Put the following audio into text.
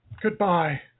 Goodbye